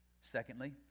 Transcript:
Secondly